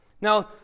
Now